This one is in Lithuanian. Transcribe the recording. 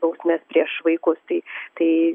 bausmes prieš vaikus tai tai